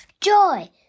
joy